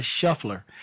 Shuffler